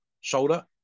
shoulder